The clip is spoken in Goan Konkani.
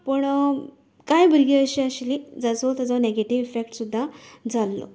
पूण कांय भुरगीं अशी आशिल्लीं जाचो ताजो नॅगेटीव इफॅक्ट सुद्दां जाल्लो